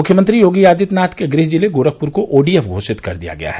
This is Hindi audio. मुख्यमंत्री योगी आदित्यनाथ के गृह जिले गोरखपुर को ओ डी एफ घोषित कर दिया गया है